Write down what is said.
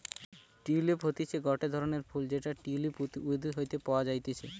tulip হতিছে গটে ধরণের ফুল যেটা টিউলিপ উদ্ভিদ হইতে পাওয়া যাতিছে